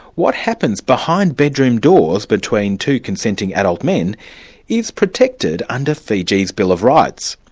what happens behind bedroom doors between two consenting and men is protected under fiji's bill of rights.